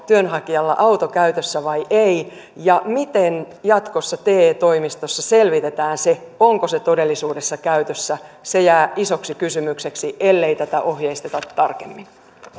työnhakijalla auto käytössä vai ei miten jatkossa te toimistossa selvitetään se onko se todellisuudessa käytössä se jää isoksi kysymykseksi ellei tätä ohjeisteta tarkemmin tämä